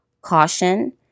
caution